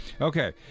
Okay